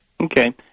Okay